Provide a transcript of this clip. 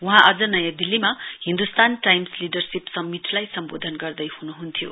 वहाँ आज नयाँ दिल्लीमा हिन्दुस्तान टाइम्स लिडरशिप सम्मिटलाई सम्बोधन गर्दैहनुहन्थ्यो